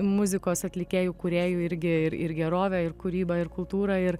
muzikos atlikėjų kūrėjų irgi ir ir gerovę ir kūrybą ir kultūrą ir